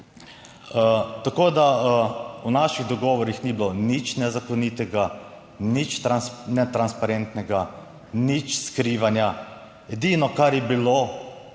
Tako da v naših dogovorih ni bilo nič nezakonitega, nič netransparentnega, nič skrivanja. Edino kar je bilo